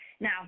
Now